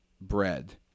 bread